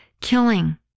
killing